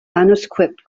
manuscript